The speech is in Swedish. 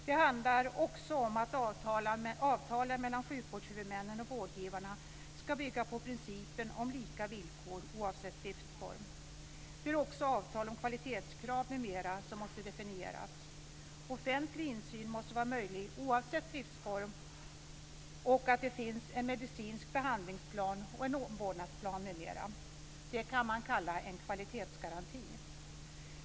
Det handlar också om att avtalen mellan sjukvårdshuvudmännen och vårdgivarna ska bygga på principen om lika villkor oavsett driftsform. Det är också avtal om kvalitetskrav m.m. som måste definieras. Offentlig insyn måste vara möjlig oavsett driftsform, och det ska finnas en medicinsk behandlingsplan och en omvårdnadsplan m.m. Det kan man kalla en kvalitetsgaranti.